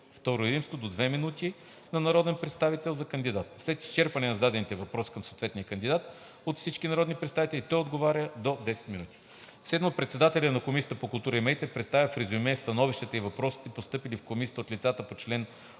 на раздел II – до 2 минути на народен представител за кандидат. След изчерпване на зададените въпроси към съответния кандидат от всички народни представители той отговаря – до 10 минути. 7. Председателят на Комисията по културата и медиите представя в резюме становищата и въпросите, постъпили в Комисията от лицата по чл.